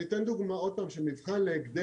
אני אתן דוגמה, עוד פעם, של מבחן להגדר.